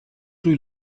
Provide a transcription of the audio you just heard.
rue